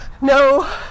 no